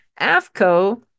AFCO